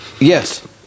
Yes